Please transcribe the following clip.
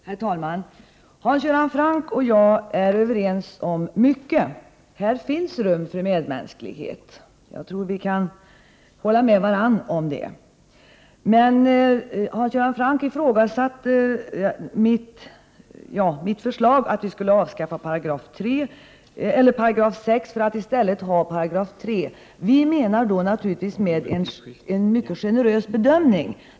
Herr talman! Hans Göran Franck och jag är överens om mycket. Här finns det rum för medmänsklighet. Jag tror att vi kan hålla med varandra om det. Men Hans Göran Franck ifrågasatte mitt förslag om att vi skulle avskaffa 6 § för att i stället tillämpa 3 § men med en mycket generös bedömning.